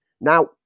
Now